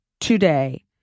today